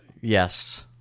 yes